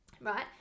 right